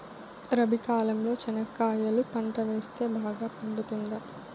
రబి కాలంలో చెనక్కాయలు పంట వేస్తే బాగా పండుతుందా?